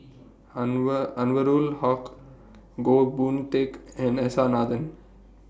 Anwarul Haque Goh Boon Teck and S R Nathan